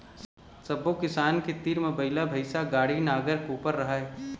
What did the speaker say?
सब्बो किसान के तीर म बइला, भइसा, गाड़ी, नांगर, कोपर राहय